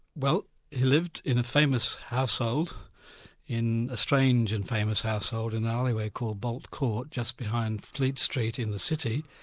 well he lived in a famous household in a strange and famous household in an alleyway called bolt court, just behind fleet street in the city,